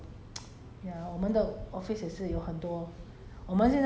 ya work hor is always a lot of things happen so many happening at work